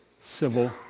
civil